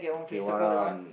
okay one